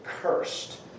cursed